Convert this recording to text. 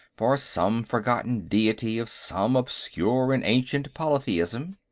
for some forgotten deity of some obscure and ancient polytheism.